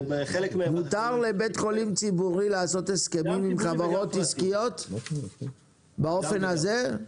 מותר לבית חולים ציבורי לעשות הסכמים עם חברות עסקיות באופן הזה?